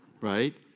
Right